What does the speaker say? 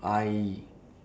I